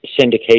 syndication